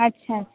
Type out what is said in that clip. अच्छा अच्छा